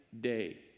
day